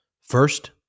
First